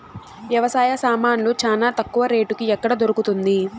వ్యవసాయ సామాన్లు చానా తక్కువ రేటుకి ఎక్కడ దొరుకుతుంది?